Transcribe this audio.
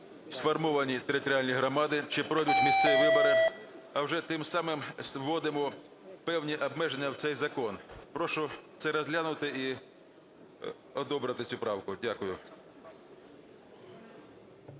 сформовані територіальні громади, чи пройдуть місцеві вибори, а вже тим самим вводимо певні обмеження в цей закон. Прошу це розглянути і одобрити цю правку. Дякую.